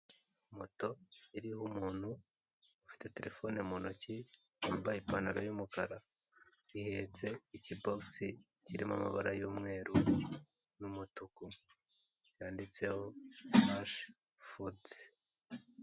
Moto iriho umuntu ufite terefone mu ntoki, wambaye ipantaro y'umukara, ihetse ikibogisi kirimo amabara y'umweru n'umutuku byanditseho mashifodizi.